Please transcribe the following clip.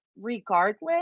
regardless